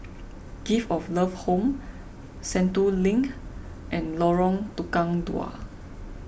Gift of Love Home Sentul Link and Lorong Tukang Dua